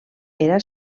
era